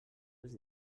els